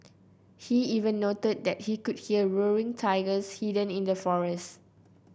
he even noted that he could hear roaring tigers hidden in the forest